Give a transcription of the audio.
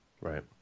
Right